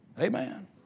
Amen